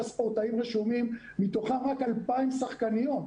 ספורטאים רשומים ומתוכם רק 2,000 שחקניות.